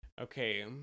okay